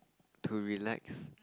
to relax